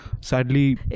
sadly